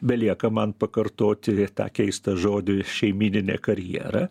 belieka man pakartoti tą keistą žodį šeimyninė karjera